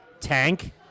Tank